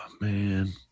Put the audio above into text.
man